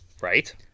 Right